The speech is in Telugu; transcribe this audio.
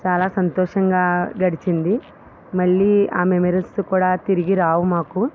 చాలా సంతోషంగా గడిచింది మళ్ళీ ఆ మెమొరీస్ కూడా తిరిగి రావు మాకు